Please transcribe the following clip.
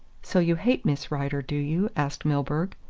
so you hate miss rider, do you? asked milburgh.